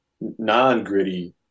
non-gritty